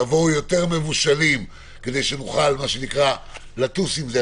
תבואו יותר מבושלים כדי שנוכל לטוס עם זה,